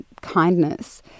kindness